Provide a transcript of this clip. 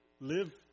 Live